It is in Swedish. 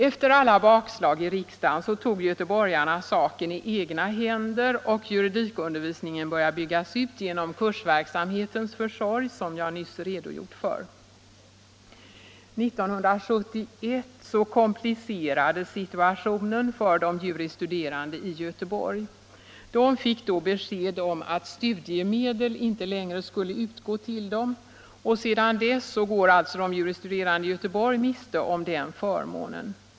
Efter alla bakslag i riksdagen tog göteborgarna saken i egna händer, och juridikundervisningen började byggas ut genom Kursverksamhetens försorg, som jag nyss redogjort för. 1971 komplicerades situationen för de juris studerande i Göteborg. De fick då besked om att studiemedel inte längre skulle utgå till dem. Sedan dess går alltså de juris studerande i Göteborg miste om den förmånen.